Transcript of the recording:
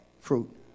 fruit